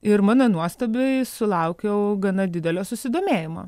ir mano nuostabai sulaukiau gana didelio susidomėjimo